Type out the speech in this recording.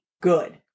good